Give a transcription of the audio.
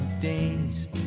days